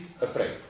afraid